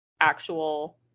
actual